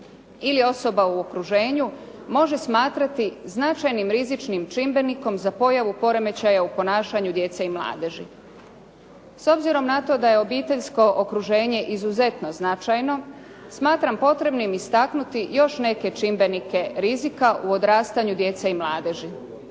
ili osoba u okruženju, može smatrati značajnijim rizičnim čimbenikom za pojavu poremećaja u ponašanju djece i mladeži. S obzirom na to da je obiteljsko okruženje izuzetno značajno, smatram potrebnim istaknuti još neke čimbenike rizika u odrastanju djece i mladeži.